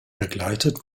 begleitet